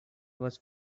was